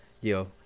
Yo